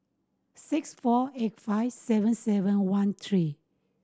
six four eight five seven seven one three